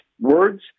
words